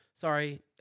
Sorry